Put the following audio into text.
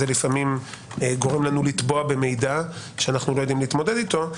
לפעמים גורם לנו לטבוע במידע שאנחנו לא יודעים להתמודד איתו.